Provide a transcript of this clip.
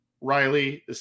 Riley